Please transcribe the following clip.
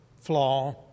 flaw